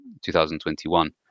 2021